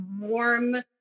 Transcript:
warm